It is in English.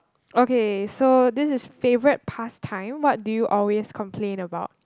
okay so this is favourite pastime what do you always complain about